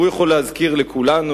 הוא יכול להזכיר לכולנו,